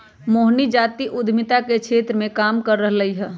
मोहिनी जाति उधमिता के क्षेत्र मे काम कर रहलई ह